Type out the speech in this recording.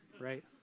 right